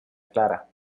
clara